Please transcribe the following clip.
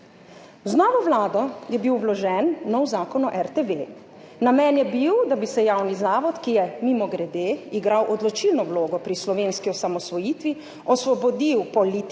Z novo vlado je bil vložen nov zakon o RTV. Namen je bil, da bi se javni zavod, ki je, mimogrede, igral odločilno vlogo pri slovenski osamosvojitvi, osvobodil politike,